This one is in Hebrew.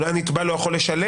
אולי הוא לא יכול לשלם